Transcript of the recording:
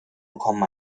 bekommen